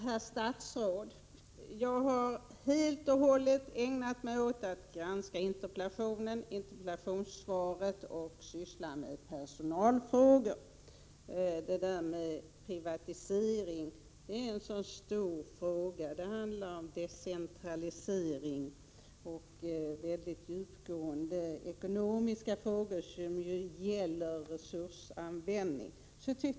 Herr talman! Jag har, herr statsråd, helt och hållet ägnat mig åt att granska interpellationen och interpellationssvaret och därvid enbart tagit upp personalfrågor. Spörsmålet om privatisering är mycket större. För en sådan krävs en decentralisering och mycket djupgående resonemang om resursanvändning. Inte heller jag tycker att detta skall tas upp här.